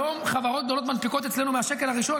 היום חברות גדולות מנפיקות אצלנו מהשקל הראשון,